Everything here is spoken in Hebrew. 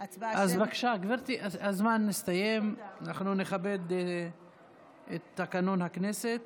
גברתי, הזמן הסתיים, אנחנו נכבד את תקנון הכנסת.